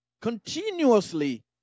continuously